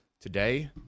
Today